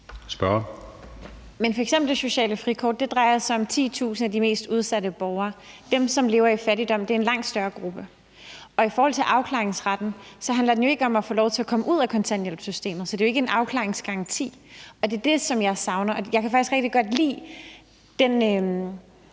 Men f.eks. det sociale frikort drejer sig om 10.000 af de mest udsatte borgere. Det er en langt større gruppe, som lever i fattigdom. I forhold til afklaringsretten vil jeg sige, at den ikke handler om at få lov til at komme ud af kontanthjælpssystemet, det er jo ikke en afklaringsgaranti, og det er det, som jeg savner. Jeg kan faktisk rigtig godt lide den